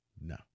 No